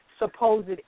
supposed